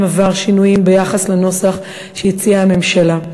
עבר שינויים ביחס לנוסח שהציעה הממשלה.